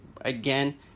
again